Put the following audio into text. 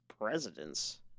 presidents